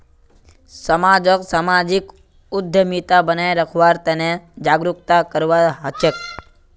समाजक सामाजिक उद्यमिता बनाए रखवार तने जागरूकता करवा हछेक